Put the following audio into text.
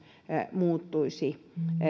muuttuisi